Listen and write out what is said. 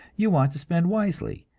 you want to spend wisely,